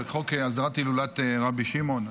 על חוק הסדרת הילולת רבי שמעון.